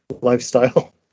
lifestyle